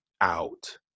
out